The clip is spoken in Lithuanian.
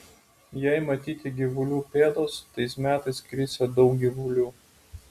jei matyti gyvulių pėdos tais metais krisią daug gyvulių